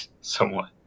somewhat